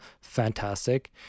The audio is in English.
fantastic